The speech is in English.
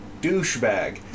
douchebag